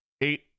eight